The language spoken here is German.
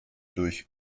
durch